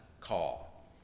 call